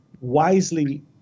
wisely